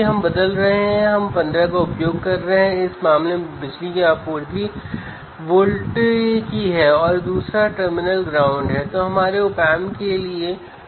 तो पहले मैं व्हीटस्टोन ब्रिज के आउटपुट पर वोल्टेज को माप रहा हूं